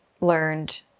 learned